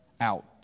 out